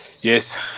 Yes